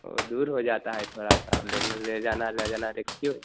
वह दूर हो जाता है तो थोड़ा सा लेन ले जाना ले जाना रेस्क्यू